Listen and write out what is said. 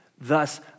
Thus